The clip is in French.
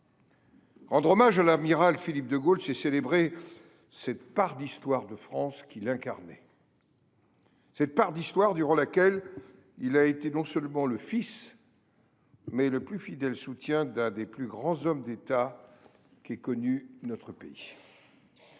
Rendre hommage à l’amiral Philippe de Gaulle, c’est célébrer cette part d’histoire de France qu’il incarnait, cette part d’histoire durant laquelle il a été non seulement le fils, mais aussi le plus fidèle soutien de l’un des plus grands hommes d’État qu’ait connus notre pays.